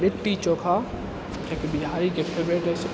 लिट्टी चोखा कियाकि बिहारीके फेवरेट अछि